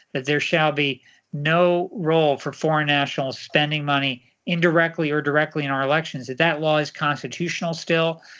that there shall be no role for foreign nationals spending money indirectly or directly in our elections if that law is constitutional still.